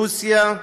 רוסיה,